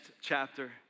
chapter